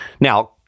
Now